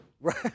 Right